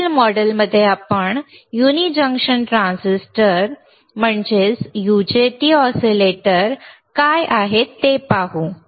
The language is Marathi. पुढील मॉड्यूलमध्ये आपण unijunction transistor UJT oscillator काय आहेत ते पाहू